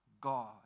God